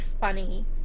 funny